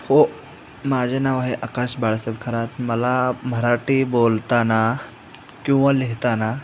हो माझे नाव आहे आकाश बाळासाहेब खरात मला मराठी बोलताना किंवा लिहिताना